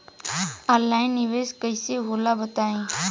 Online निवेस कइसे होला बताईं?